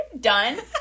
done